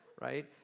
right